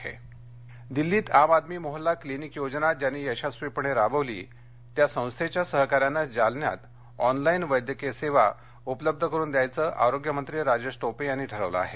telemedicine Jalna दिल्लीत Aam Aadmi Mohalla clinic योजना ज्यांनी यशस्वीपणे राबवली त्या संस्थेच्या सहकार्यानं जालन्यात ऑनलाईन वैद्यकीय सेवा उपलब्ध करून द्यायचं आरोग्यमंत्री राजेश टोपे यांनी ठरवलं आहे